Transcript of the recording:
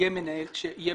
שיהיה מנהל סניף.